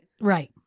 Right